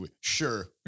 sure